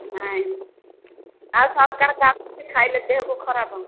ନାଇଁ ଆଉ ସରକାର ତାକୁ ଖାଇଲେ ଦେହକୁ ଖରାପ